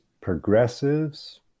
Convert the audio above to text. progressives